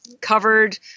covered